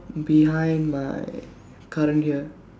behind my current year